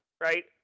right